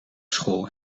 school